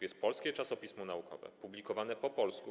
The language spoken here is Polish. Jest polskie czasopismo naukowe, publikowane po polsku.